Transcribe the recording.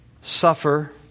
suffer